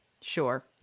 Sure